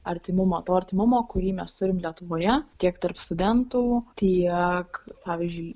artimumo to artimumo kurį mes turim lietuvoje tiek tarp studentų tiek pavyzdžiui